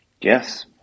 yes